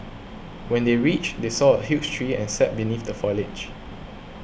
when they reached they saw a huge tree and sat beneath the foliage